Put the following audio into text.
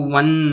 one